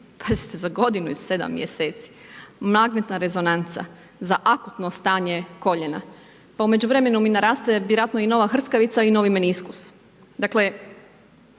Pazite za godinu i 7 mj. magnetna rezonanca, za akutno stanje koljena. Pa u međuvremenu mi naraste vjerojatno i nova hrskavica i novi meniskus. Dakle,